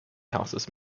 houses